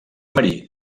marí